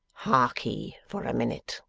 hark'ee for a minute